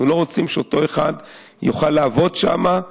אנחנו לא רוצים שאותו אחד יוכל לעבוד שם.